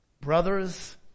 Brothers